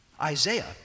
Isaiah